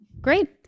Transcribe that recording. Great